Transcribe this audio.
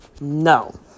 No